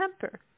temper